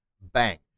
Bang